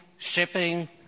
shipping